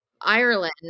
Ireland